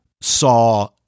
saw